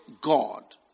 God